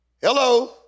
Hello